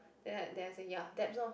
then like then I say ya Debs loh